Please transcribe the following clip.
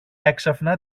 έξαφνα